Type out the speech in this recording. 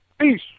Peace